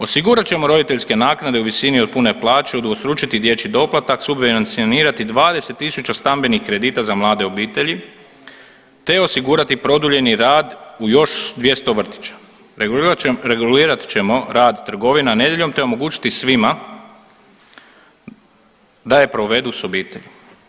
Osigurat ćemo roditeljske naknade u visini od pune plaće, udvostručiti dječji doplatak, subvencionirati 20 tisuća stambenih kredita za mlade obitelji, te osigurati produljeni rad u još 200 vrtića, regulirat ćemo rad trgovina nedjeljom, te omogućiti svima da je provedu s obitelji.